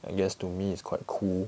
I guess to me is quite cool